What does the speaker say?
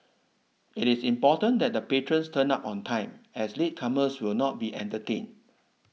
it is important that the patrons turn up on time as latecomers will not be entertained